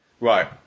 Right